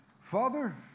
Father